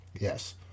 Yes